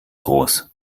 groß